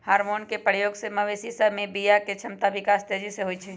hormone के प्रयोग से मवेशी सभ में बियायके क्षमता विकास तेजी से होइ छइ